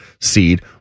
seed